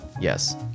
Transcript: Yes